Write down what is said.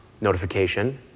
notification